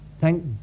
Thank